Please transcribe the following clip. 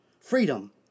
Freedom